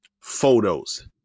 photos